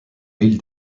l’île